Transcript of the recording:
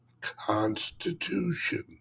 constitution